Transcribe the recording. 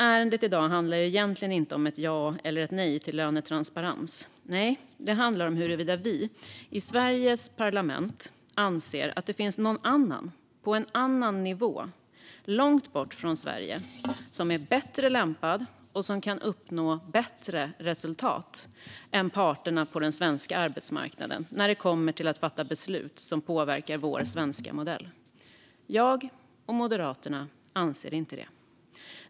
Ärendet i dag handlar egentligen inte om ett ja eller ett nej till lönetransparens, utan det handlar om huruvida vi i Sveriges parlament anser att det finns någon annan på en annan nivå långt borta från Sverige som är bättre lämpad och som kan uppnå bättre resultat än parterna på den svenska arbetsmarknaden när det kommer till att fatta beslut som påverkar vår svenska modell. Jag och Moderaterna anser inte det.